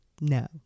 no